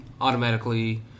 automatically